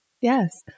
Yes